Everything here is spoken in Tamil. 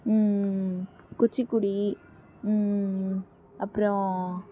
குச்சிபுடி அப்றம்